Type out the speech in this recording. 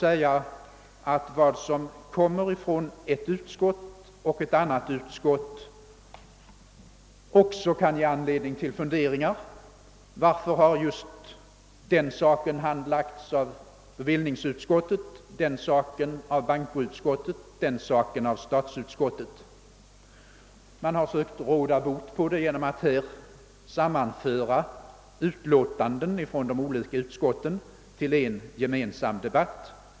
Vad som kommer från det ena eller andra utskottet kan också ge anledning till funderingar. Varför har just den frågan handlagts av bevillningsutskottet, den frågan av bankoutskottet och den frågan av statsutskottet? Man har sökt råda bot på detta förhållande genom att nu sammanföra flera utlåtanden från de olika utskotten till en gemensam debatt.